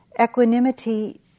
Equanimity